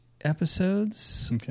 episodes